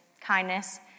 kindness